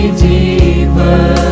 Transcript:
deeper